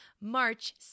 March